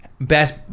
Best